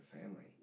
family